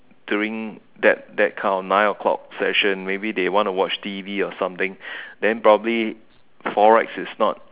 during that that kind of nine o-clock session maybe they want to watch T_V or something then probably Forex is not